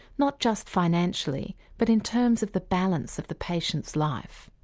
not just financially, but in terms of the balance of the patient's life.